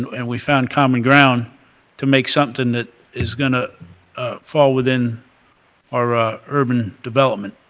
and we found common ground to make something is going to fall within our ah urban development.